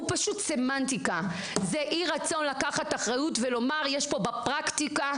יש כאן אי-רצון לקחת אחריות ולומר שיש משהו לקוי בפרקטיקה,